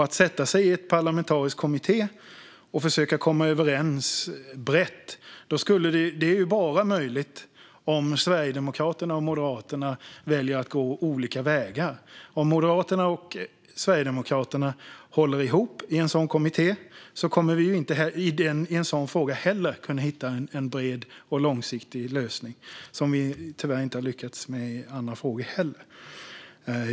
Att sätta sig i en parlamentarisk kommitté och försöka komma överens brett är bara möjligt om Sverigedemokraterna och Moderaterna väljer att gå olika vägar. Om Moderaterna och Sverigedemokraterna håller ihop i en sådan kommitté kommer vi inte heller i en sådan fråga att hitta en bred och långsiktig lösning. Det har vi tyvärr inte heller lyckats med i andra frågor.